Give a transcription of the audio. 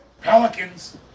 Pelicans